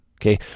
Okay